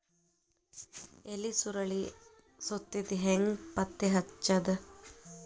ಎಲಿ ಸುರಳಿ ಸುತ್ತಿದ್ ಹೆಂಗ್ ಪತ್ತೆ ಹಚ್ಚದ?